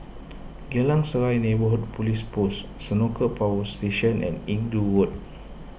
Geylang Serai Neighbourhood Police Post Senoko Power Station and Inggu Road